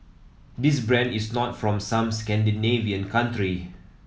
this brand is not from some Scandinavian country